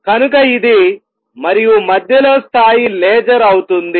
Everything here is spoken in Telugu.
కనుకఇది మరియు మధ్యలో స్థాయి లేజర్ అవుతుంది